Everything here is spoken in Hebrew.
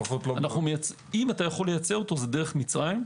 אם אתה יכול לייצא אותו זה דרך מצרים.